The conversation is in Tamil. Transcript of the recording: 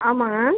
ஆமாம்ங்க